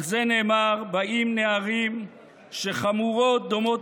על זה נאמר: באים נערים שחמורות דומות